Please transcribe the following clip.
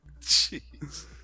Jeez